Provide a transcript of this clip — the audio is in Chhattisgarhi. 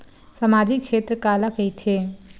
सामजिक क्षेत्र काला कइथे?